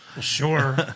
Sure